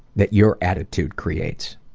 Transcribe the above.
that your attitude creates?